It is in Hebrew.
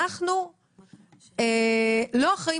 אנחנו לא אחראים